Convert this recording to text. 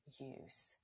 use